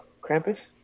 Krampus